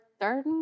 third